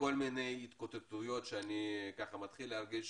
לכל מיני התקוטטויות שאני מתחיל להרגיש